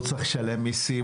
הוא צריך לשלם מיסים,